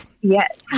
Yes